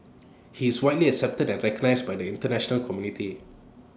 he is widely accepted and recognised by the International community